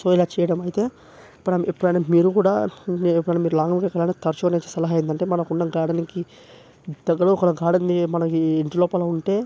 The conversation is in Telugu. సో ఇలా చేయడం అయితే ఎప్పుడ ఎప్పుడైనా మీరు కూడా ఎప్పుడైనా మీరు లాంగ్ ఎక్కడైనా తరచుగా నేనిచ్చే సలహా ఏంటంటే మనకున్న గార్డన్కి దగ్గరలో ఒక గార్డన్ మనకి ఇంటిలోపల ఉంటే